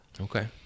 Okay